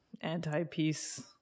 anti-peace